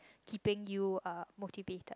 keeping you uh motivated